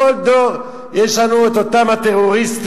בכל דור יש לנו את אותם הטרוריסטים,